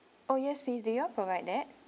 oh yes please do you all provide that